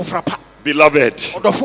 Beloved